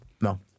No